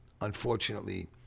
unfortunately